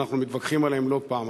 ואנחנו מתווכחים עליהן לא פעם,